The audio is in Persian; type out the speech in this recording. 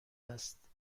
است